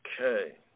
Okay